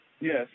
yes